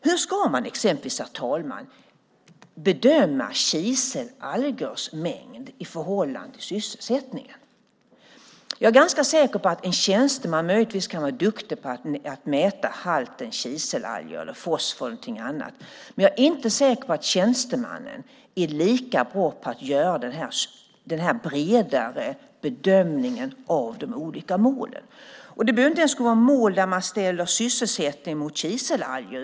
Hur ska man exempelvis, herr talman, bedöma kiselalgers mängd i förhållande till sysselsättningen? Jag är ganska säker på att en tjänsteman kan vara duktig på att mäta halten kiselalger, fosfor eller något annat, men jag är inte säker på att tjänstemannen är lika bra på att göra den bredare bedömningen av de olika målen. Det behöver inte vara mål där man ställer sysselsättning mot kiselalger.